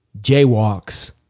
jaywalks